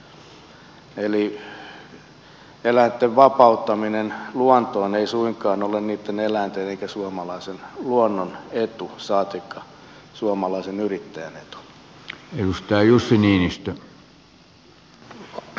eli eläinten vapauttaminen luontoon ei suinkaan ole niitten eläinten eikä suomalaisen luonnon etu saatikka suomalaisen yrittäjän etu